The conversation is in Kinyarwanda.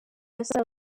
asaba